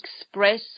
Express